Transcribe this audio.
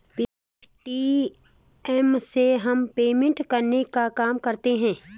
Paytm से हम payment करने का काम करते है